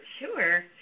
Sure